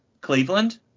Cleveland